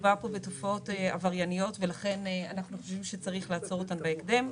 מדובר פה בתופעות עברייניות שאנחנו חושבים שצריך לעצור אותן בהקדם.